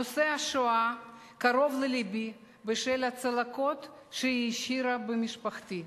נושא השואה קרוב ללבי בשל הצלקות שהיא השאירה במשפחתי.